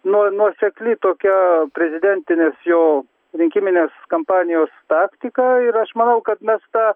nuo nuosekli tokia prezidentinės jo rinkiminės kampanijos taktika ir aš manau kad mes tą